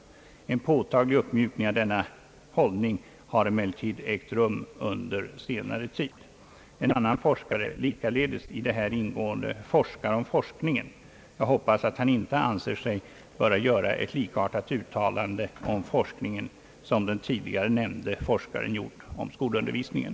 En påtaglig uppmjukning av denna hållning har emellertid ägt rum under senare tid». En annan forskare forskar om forskningen. Jag hoppas att han inte anser sig böra göra ett likartat uttalande om forskningen som den tidigare nämnde forskaren gjort om skolundervisningen.